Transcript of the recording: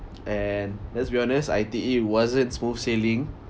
and let's be honest I_T_E wasn't smooth sailing